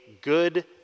good